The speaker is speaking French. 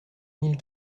mille